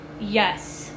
yes